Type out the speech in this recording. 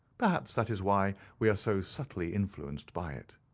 perhaps that is why we are so subtly influenced by it.